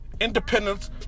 independence